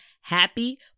happy